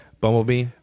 Bumblebee